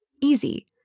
Easy